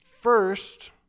first